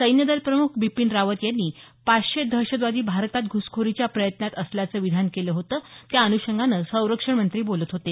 सैन्यदलप्रमुख बिपीन रावत यांनी पाचशे दहशतवादी भारतात घुसखोरीच्या प्रयत्नात असल्याचं विधान केलं होतं त्या अनुषंगाने संरक्षणमंत्री बोलत होते